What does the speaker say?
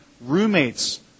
roommates